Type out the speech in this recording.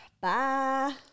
Bye